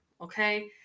Okay